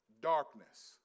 darkness